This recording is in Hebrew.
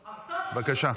נכון,